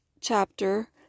chapter